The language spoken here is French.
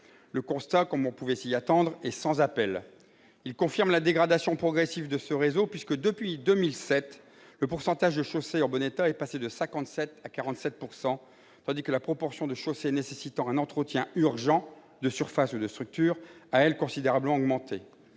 Le constat, comme on pouvait s'y attendre, est sans appel. Il confirme la dégradation progressive de ce réseau, puisque, depuis 2007, le pourcentage de chaussées en bon état est passé de 57 % à 47 %, tandis que la proportion de chaussées nécessitant un entretien urgent, de surface ou de structure, a, elle, considérablement augmenté.